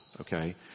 Okay